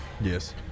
Yes